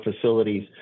facilities